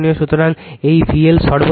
সুতরাং এই VL সর্বোচ্চ